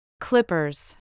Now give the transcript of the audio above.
Clippers